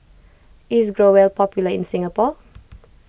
is Growell popular in Singapore